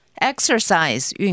Exercise